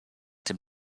dem